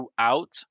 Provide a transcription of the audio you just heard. throughout